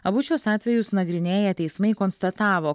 abu šiuos atvejus nagrinėję teismai konstatavo